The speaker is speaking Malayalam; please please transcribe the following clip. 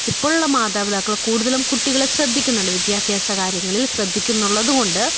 ഇപ്പോഴുള്ള മാതാപിതാക്കള് കൂടുതലും കുട്ടികളെ ശ്രദ്ധിക്കുന്നുണ്ട് വിദ്യാഭ്യാസ കാര്യങ്ങളില് ശ്രദ്ധിക്കുന്നുള്ളത് കൊണ്ട്